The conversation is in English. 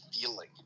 feeling